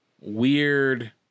weird